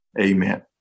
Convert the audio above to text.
amen